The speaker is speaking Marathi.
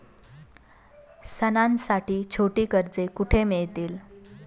सणांसाठी छोटी कर्जे कुठे मिळतील?